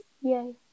yay